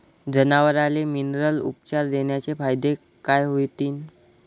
जनावराले मिनरल उपचार देण्याचे फायदे काय होतीन?